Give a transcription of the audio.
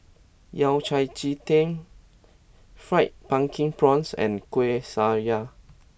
Yao Cai Ji Tang Fried Pumpkin Prawns and Kueh Syara